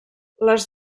les